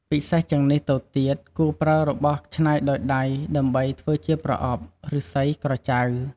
ពិសេសជាងទៅនេះទៀត គួរប្រើរបស់ច្នៃដោយដៃដើម្បីធ្វើជាប្រអប់ (ឫស្សី ក្រចៅ)។